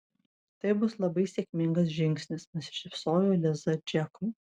tai bus labai sėkmingas žingsnis nusišypsojo liza džekui